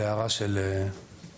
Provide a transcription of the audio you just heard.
וגם להערה של ערן.